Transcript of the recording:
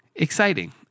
Exciting